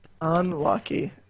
Unlucky